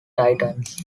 titans